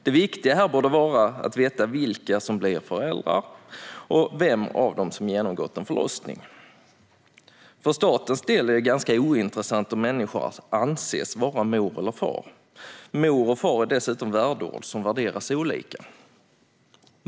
Det viktiga här borde vara att veta vilka som blir föräldrar och vem av dem som har genomgått en förlossning. För statens del är det ganska ointressant om en människa anses vara mor eller far. Mor och far är dessutom värdeord, som värderas olika.